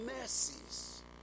mercies